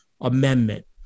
amendment